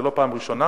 זו לא הפעם הראשונה,